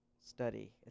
study